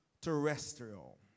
terrestrial